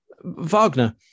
Wagner